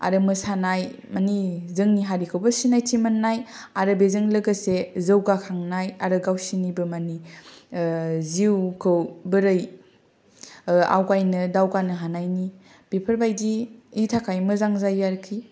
आरो मोसानाय मानि जोंनि हारिखौबो सिनायथि मोननाय आरो बेजों लोगोसे जौगाखांनाय आरो गावसिनिबो मानि जिउखौ बोरै आवगायनो दावगानो हानायनि बेफोरबादिनि थाखाय मोजां जायो आरखि